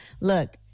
look